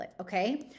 okay